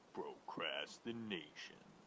Procrastination